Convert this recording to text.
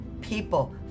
people